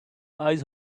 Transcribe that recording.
ice